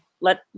let